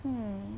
hmm